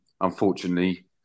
Unfortunately